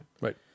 Right